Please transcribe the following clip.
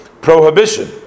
prohibition